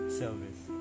service